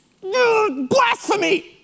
blasphemy